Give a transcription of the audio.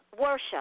worship